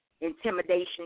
intimidation